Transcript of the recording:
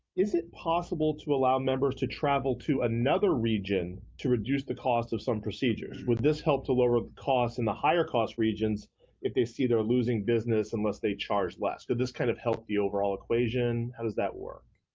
is it possible to allow members to travel to another region to reduce the cost of some procedures? would this help to lower cost in the higher cost regions if they see they're losing business unless they charge less? will this kind of help the overall equation? how does that work?